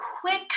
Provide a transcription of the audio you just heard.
quick